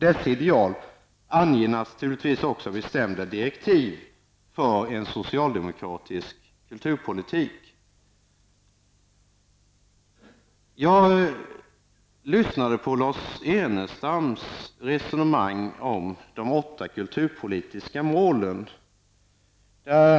Dessa ideal anger naturligtvis också bestämda direktiv för en socialdemokratisk kulturpolitik. Jag lyssande till Lars Ernestams resonemang om de åtta kulturpolitiska målen.